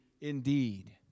indeed